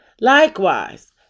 Likewise